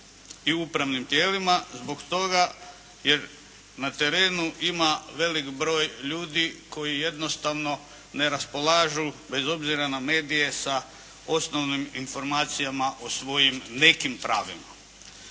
i upravnim tijelima zbog toga jer na terenu ima velik broj ljudi koji jednostavno ne raspolažu bez obzira na medije sa osnovnim informacijama o svojim nekim pravima.